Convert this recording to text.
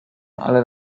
allen